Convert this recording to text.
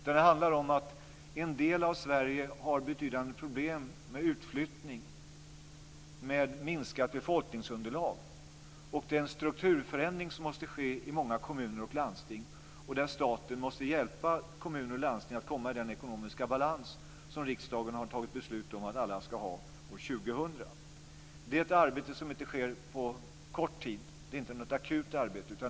Det handlar om att en del av Sverige har betydande problem med utflyttning, med minskat befolkningsunderlag. Det är en strukturförändring som måste ske i många kommuner och landsting. Där måste staten hjälpa kommuner och landsting att komma i den ekonomiska balans som riksdagen har fattat beslut om att alla ska ha år 2000. Det är ett arbete som inte sker på kort tid. Det är inte något akut arbete.